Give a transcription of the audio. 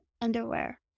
underwear